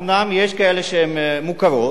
אומנם יש כאלה שהן מוכרות,